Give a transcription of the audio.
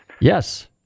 Yes